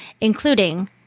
including